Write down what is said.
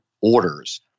orders